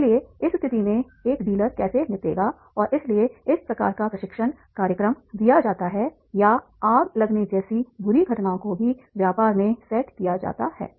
इसलिए इस स्थिति में एक डीलर कैसे निपटेगा और इसलिए इस प्रकार का प्रशिक्षण कार्यक्रम दिया जाता है या आग लगने जैसी बुरी घटनाओं को भी व्यापार में सेट किया जाता है